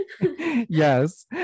Yes